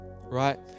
right